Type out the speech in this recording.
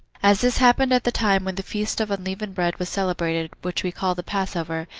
as this happened at the time when the feast of unleavened bread was celebrated, which we call the passover,